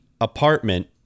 apartment